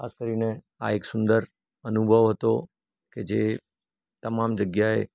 ખાસ કરીને આ એક સુંદર અનુભવ હતો કે જે તમામ જગ્યાએ